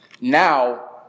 Now